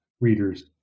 readers